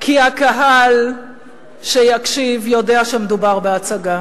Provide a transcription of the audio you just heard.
כי הקהל שיקשיב יודע שמדובר בהצגה.